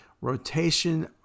rotation